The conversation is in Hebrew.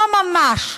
לא ממש.